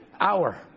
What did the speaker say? Hour